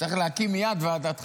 צריך להקים מייד ועדת חקירה.